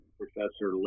professor